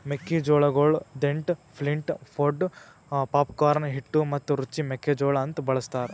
ಮೆಕ್ಕಿ ಜೋಳಗೊಳ್ dent, flint, pod, popcorn, ಹಿಟ್ಟು ಮತ್ತ ರುಚಿ ಮೆಕ್ಕಿ ಜೋಳ ಅಂತ್ ಬಳ್ಸತಾರ್